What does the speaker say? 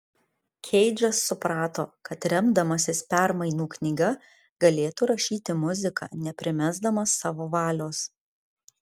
keidžas suprato kad remdamasis permainų knyga galėtų rašyti muziką neprimesdamas savo valios